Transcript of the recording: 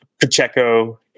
Pacheco